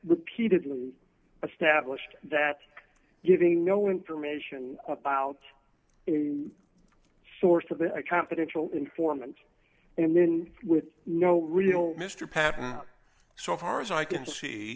repeatedly a stablished that giving no information about source of a confidential informant and then with no real mr papo so far as i can see